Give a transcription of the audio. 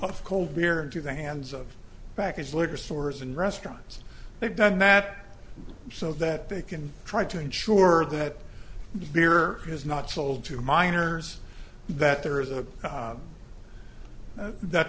of cold beer into the hands of package liquor stores and restaurants they've done that so that they can try to ensure that beer is not sold to minors that there is a that